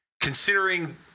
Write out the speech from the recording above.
considering